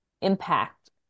impact